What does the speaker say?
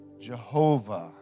Jehovah